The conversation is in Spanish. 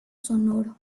sonoro